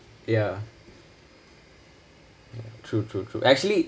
ya true true true actually